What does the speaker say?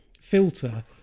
filter